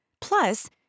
Plus